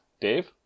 Dave